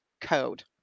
code